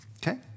Okay